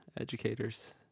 educators